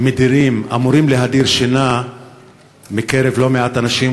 שאמורים להדיר שינה מעיני לא מעט אנשים,